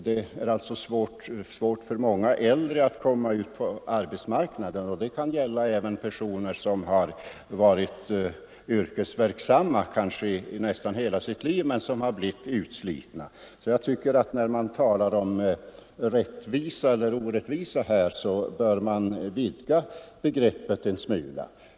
Det är svårt för många äldre att komma ut på arbetsmarknaden, och detta kan även gälla personer som kanske har varit yrkesverksamma i nästan hela sitt liv men som har blivit utslitna. När man här talar om rättvisa eller orättvisa, bör man därför vidga begreppet en smula.